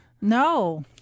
No